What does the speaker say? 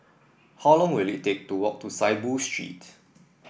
how long will it take to walk to Saiboo Street